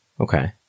Okay